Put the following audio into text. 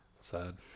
sad